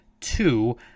two